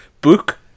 Book